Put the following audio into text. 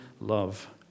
love